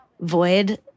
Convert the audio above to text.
void